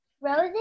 roses